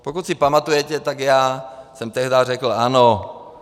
Pokud si pamatujete, tak já jsem tehdy řekl ano.